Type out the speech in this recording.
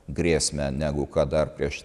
grėsmę negu kad dar prieš